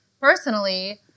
Personally